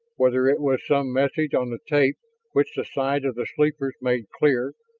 whether it was some message on the tape which the sight of the sleepers made clear,